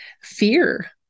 Fear